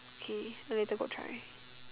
okay then later go and try